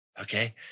Okay